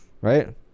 Right